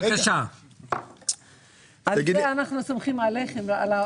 לגבי העוד אנחנו סומכים עליכם.